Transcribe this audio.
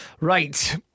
Right